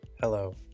hello